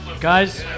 Guys